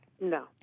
No